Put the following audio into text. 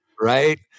right